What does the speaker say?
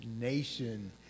nation